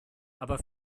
aber